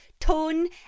tone